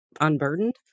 unburdened